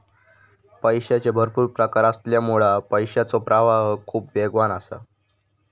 पैशाचे भरपुर प्रकार असल्यामुळा पैशाचो प्रवाह खूप वेगवान असा